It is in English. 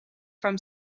from